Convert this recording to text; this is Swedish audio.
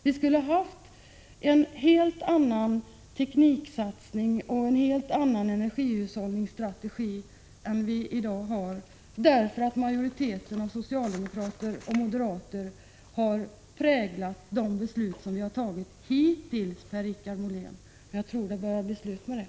Vi skulle ha haft en helt annan tekniksatsning och en helt annan energihushållningsstrategi än vi i dag har därför att majoriteten av socialdemokrater och moderater har präglat de beslut som vi tagit hittills, Per-Richard Molén. Jag tror det börjar bli slut med det.